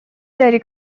داری